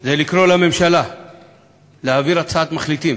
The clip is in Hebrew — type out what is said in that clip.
זה לקרוא לממשלה להעביר הצעת מחליטים